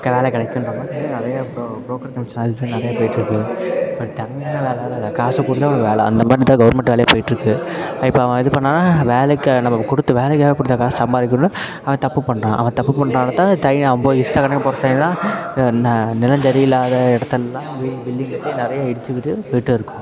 வேலை கிடைக்குன்ற மாதிரி நிறைய ப்ரோ ப்ரோக்கர் கமிஷன் அது தான் நிறையா போய்கிட்ருக்கு இப்போ நம்ம திறமையால வேலைலாம் இல்லை காசு கொடுத்தா உனக்கு வேலை அந்த மாதிரி தான் கவர்மெண்ட் வேலையே போய்கிட்ருக்கு இப்போ அவன் இது பண்ணான்னால் வேலைக்கு நம்ம கொடுத்த வேலைக்காக கொடுத்த காசை சம்பாரிக்கணும்னு அவன் தப்பு பண்ணுறான் அவன் தப்பு பண்ணுறனால தான் அவன் போ இஷ்ட கணக்கு போட்டு செய்கிறான் ந நிலம் சரியில்லாத இடத்துலலாம் பில் பில்டிங் கட்டி நிறைய இடிச்சுக்கிட்டு போய்கிட்டுருக்கோம்